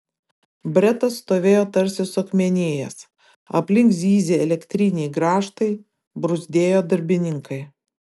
bretas stovėjo tarsi suakmenėjęs aplink zyzė elektriniai grąžtai bruzdėjo darbininkai